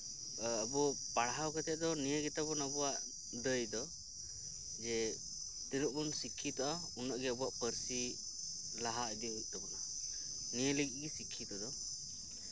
ᱟᱵᱚ ᱯᱟᱲᱦᱟᱣ ᱠᱟᱛᱮᱫ ᱫᱚ ᱱᱤᱭᱟᱹᱜᱮ ᱟᱵᱚᱣᱟᱜ ᱫᱟᱹᱭ ᱫᱚ ᱡᱮ ᱛᱤᱱᱟᱜ ᱵᱚᱱ ᱥᱤᱠᱠᱷᱤᱛᱚᱜᱼᱟ ᱩᱱᱟᱹᱜ ᱜᱮ ᱟᱵᱚᱣᱟᱜ ᱯᱟᱹᱨᱥᱤ ᱞᱟᱦᱟ ᱤᱫᱤ ᱦᱩᱭᱩᱜ ᱛᱟᱵᱚᱱᱟ ᱱᱤᱭᱟᱹ ᱞᱟᱹᱜᱤᱫ ᱜᱮ ᱥᱤᱠᱠᱷᱤᱛᱚ ᱫᱚ